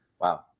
Wow